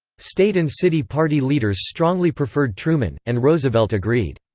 state and city party leaders strongly preferred truman, and roosevelt agreed.